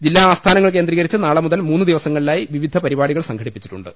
ജില്ലാ ആസ്ഥാനങ്ങൾ കേന്ദ്രീകരിച്ച് നാളെ മുതൽ മൂന്നുദിവ സങ്ങളിലായി വിവിധ പരിപാടികൾ സംഘടിപ്പിച്ചിട്ടുണ്ട്